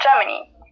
Germany